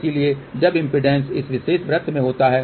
इसलिए जब इम्पीडेंस इस विशेष वृत्त में होता है